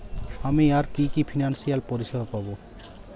আমি আর কি কি ফিনান্সসিয়াল পরিষেবা পাব?